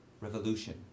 revolution